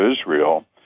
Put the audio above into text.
Israel